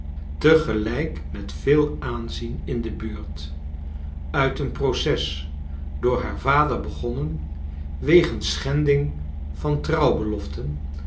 gelijk met veel aanzien in de tmurt uit een proces door haar vader begonnen wegens schending van